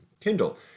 Kindle